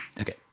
Okay